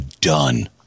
Done